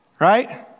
Right